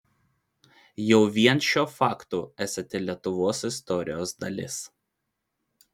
jau vien šiuo faktu esate lietuvos istorijos dalis